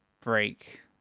break